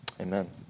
amen